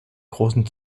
großen